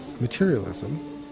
materialism